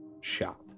shop